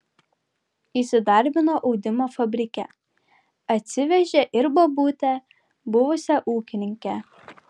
įsidarbino audimo fabrike atsivežė ir bobutę buvusią ūkininkę